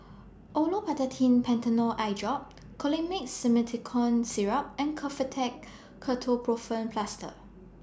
Olopatadine Patanol Eyedrop Colimix Simethicone Syrup and Kefentech Ketoprofen Plaster